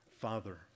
father